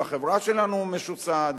והחברה שלנו משוסעת,